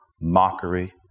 mockery